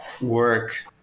work